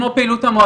כמו פעילות המועדון.